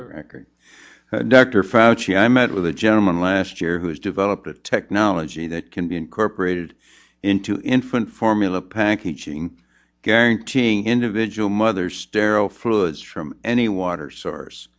she i met with a gentleman last year who has developed a technology that can be incorporated into infant formula packaging guaranteeing individual mothers sterile fluids from any water source